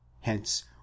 hence